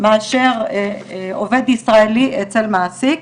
מאשר עובד ישראלי אצל מעסיק,